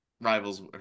Rivals